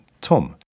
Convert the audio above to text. Tom